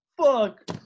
fuck